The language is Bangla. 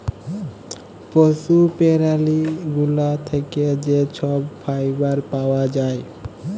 পশু প্যারালি গুলা থ্যাকে যে ছব ফাইবার পাউয়া যায়